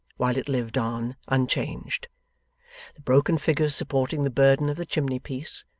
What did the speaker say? while it lived on unchanged. the broken figures supporting the burden of the chimney-piece,